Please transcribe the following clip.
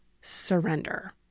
surrender